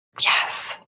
Yes